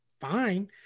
fine